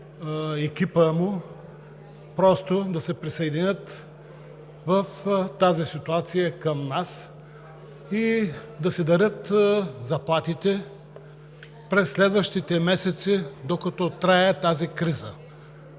екипа му просто да се присъединят в тази ситуация към нас и да си дарят заплатите през следващите месеци, докато трае тази криза.